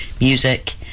music